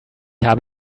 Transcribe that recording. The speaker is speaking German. habe